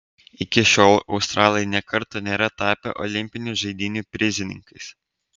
iki šiol australai nė karto nėra tapę olimpinių žaidynių prizininkais